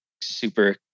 super